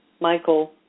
Michael